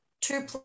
two